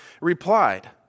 replied